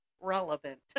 relevant